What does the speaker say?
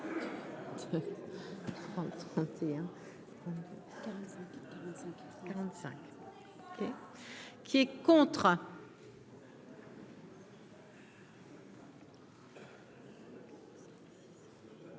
qui est contre.